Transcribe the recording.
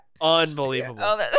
Unbelievable